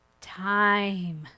time